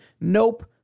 Nope